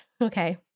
Okay